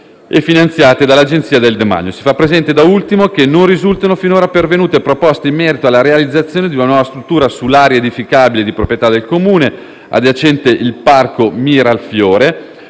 e finanziate dall'Agenzia del demanio. Si fa presente, da ultimo, che non risultano finora pervenute proposte in merito alla realizzazione di una nuova struttura sull'area edificabile di proprietà del Comune, adiacente il parco Miralfiore,